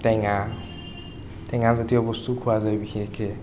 টেঙা টেঙাজাতীয় বস্তু খোৱা যায় বিশেষকৈ